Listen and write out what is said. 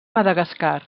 madagascar